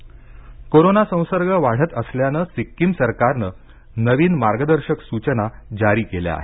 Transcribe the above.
Sikkim corona corona संसर्ग वाढत असल्यानं सिक्कीम सरकारनं नवीन मार्गदर्शक सूचना जारी केल्या आहेत